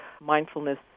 mindfulness